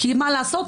כי מה לעשות,